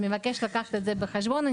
אני מבקשת לקחת את זה בחשבון.